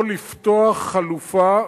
או לפתוח חלופה,